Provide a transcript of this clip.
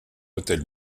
hôtel